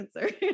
answer